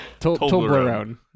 Toblerone